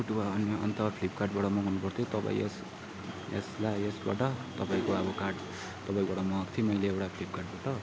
छुट वा अन्य अन्त फ्लिपकार्टबाट मगाउनुपर्थ्यो तब यस यसलाई यसबाट तपाईँको अब कार्ड तपाईँकोबाट मगाएको थिएँ मैले एउटा फ्लिपकार्टबाट